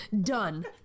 Done